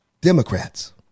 Democrats